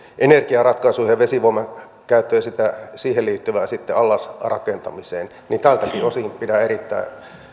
energiaratkaisuihin ja vesivoiman käyttöön ja siihen liittyvään allasrakentamiseen tältäkin osin pidän erittäin